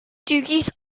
geese